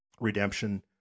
Redemption